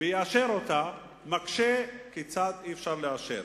ויאשר אותה, מקשה כיצד אי-אפשר לאשר.